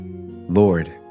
Lord